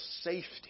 safety